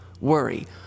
worry